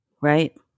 Right